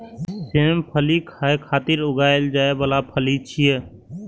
सेम फली खाय खातिर उगाएल जाइ बला फली छियै